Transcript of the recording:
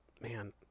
man